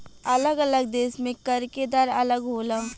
अलग अलग देश में कर के दर अलग होला